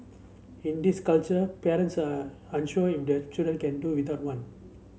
in this culture parents are unsure if their children can do without one